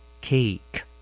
Cake